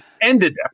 ended